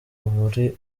uri